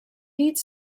eats